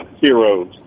heroes